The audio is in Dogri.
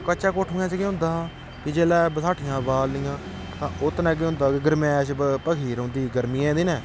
कच्चा कोठुएं च केह् होंदा हा के जेल्लै बसाठियां बालनियां तां उत्त ने केह् होंदा कि गर्मैश भखी दी रौंह्दी गर्मियें दिनें